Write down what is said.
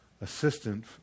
assistant